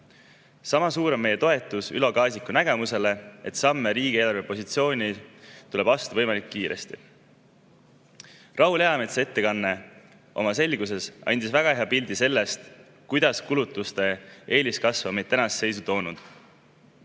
Sama suur on meie toetus Ülo Kaasiku nägemusele, et samme riigi eelarvepositsiooni [parandamiseks] tuleb astuda võimalikult kiiresti. Raul Eametsa ettekanne oma selguses andis väga hea pildi sellest, kuidas kulutuste eeliskasv on meid tänasesse seisu toonud.